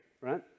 right